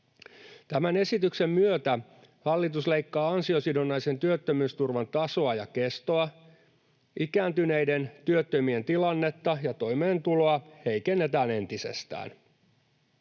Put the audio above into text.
Tämän esityksen myötä hallitus leikkaa ansiosidonnaisen työttömyysturvan tasoa ja kestoa. Ikääntyneiden työttömien tilannetta ja toimeentuloa heikennetään entisestään.